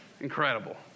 Incredible